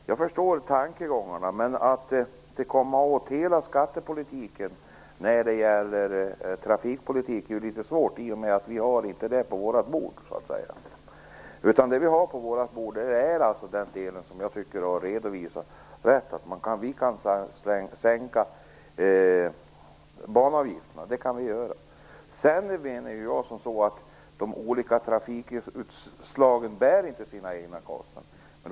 Herr talman! Jag förstår tankegångarna, men att komma åt hela skattepolitiken vad gäller trafikpolitiken är litet svårt i och med att vi så att säga inte har det på vårt bord. Det vi har på vårt bord är den del som jag har redovisat. Vi kan visst sänka banavgifterna. Det är en annan sak att de olika trafikslagen inte bär sina egna kostnader.